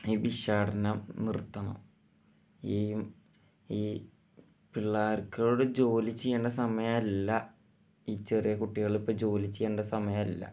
ഈ ഭിക്ഷാടനം നിര്ത്തണം ഈയും ഈ പിള്ളാര്ക്കരോട് ജോലി ചെയ്യണ്ട സമയമല്ല ഈ ചെറിയ കുട്ടികള് ഇപ്പോൾ ജോലി ചെയ്യേണ്ട സമയമല്ല